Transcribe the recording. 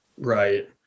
Right